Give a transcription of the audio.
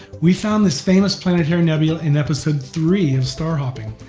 we found this famous planetary nebula in episode three of star hopping,